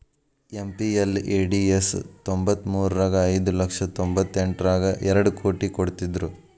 MPLADS ತ್ತೊಂಬತ್ಮುರ್ರಗ ಐದು ಲಕ್ಷ ತೊಂಬತ್ತೆಂಟರಗಾ ಎರಡ್ ಕೋಟಿ ಕೊಡ್ತ್ತಿದ್ರು